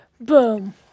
boom